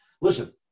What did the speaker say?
listen